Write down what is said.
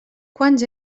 quants